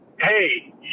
hey